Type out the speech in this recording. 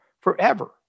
forever